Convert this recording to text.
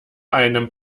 einem